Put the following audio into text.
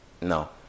No